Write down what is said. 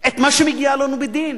את מה שמגיע לנו בדין.